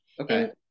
Okay